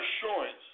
assurance